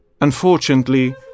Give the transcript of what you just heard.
Unfortunately